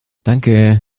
danke